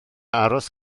aros